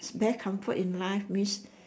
bare comfort in life means